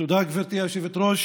תודה, גברתי היושבת-ראש.